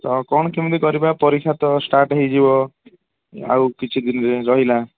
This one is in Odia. ତ କ'ଣ କେମିତି କରିବା ପରୀକ୍ଷା ତ ଷ୍ଟାର୍ଟ ହୋଇଯିବ ଆଉ କିଛି ଦିନରେ ରହିଲା